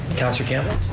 councilor campbell?